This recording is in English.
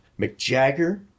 McJagger